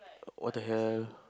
what the hell